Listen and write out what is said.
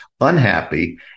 unhappy